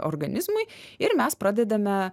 organizmui ir mes pradedame